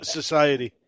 society